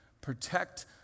protect